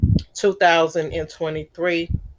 2023